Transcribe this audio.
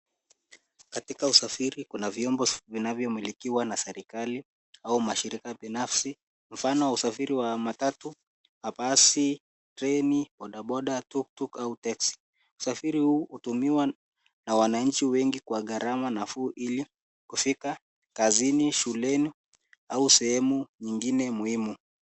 Katika usafiri kuna vyombo vinavyo milikiwa na serikali au mashirika binafsi. Mfano wa usafiri wa matatu, mabasi, treni, boda boda, (cs) tuktuk (cs) au taxi. Usafiri huu hutumiwa na wanachi wengi kwa gharama nafuu ili kufika kazini, shuleni au sehemu nyingine muhimu.